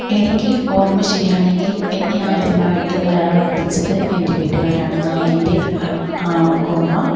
എനിക്ക് ഓര്മ്മ ശരിയാണെങ്കിൽ എന്നെ ആദ്യമായിട്ടു മലയാളം പഠിപ്പിച്ചത് എന്റെ വീട്ടുകാരാണെന്നാണ് എന്റെ ഓര്മ്മ